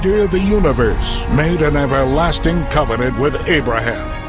of the universe made an everlasting covenant with abraham.